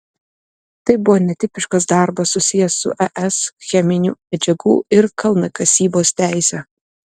tai buvo netipiškas darbas susijęs su es cheminių medžiagų ir kalnakasybos teise